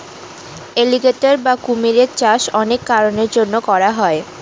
alligator বা কুমিরের চাষ অনেক কারনের জন্য করা হয়